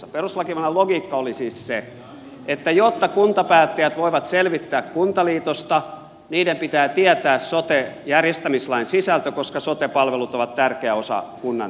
perustuslakivaliokunnan logiikka oli siis se että jotta kuntapäättäjät voivat selvittää kuntaliitosta niiden pitää tietää sote järjestämislain sisältö koska sote palvelut ovat tärkeä osa kunnan toimintaa